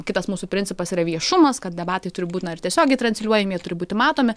kitas mūsų principas yra viešumas kad debatai turi būti na ir tiesiogiai transliuojami jie turi būti matomi